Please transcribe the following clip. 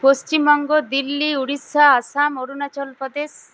Paschimbanga Delhi Orissa Assam Arunachal Pradesh